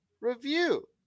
review